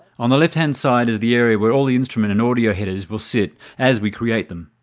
on the left hand side is the area where all the instrument and audio headers will sit as we create them.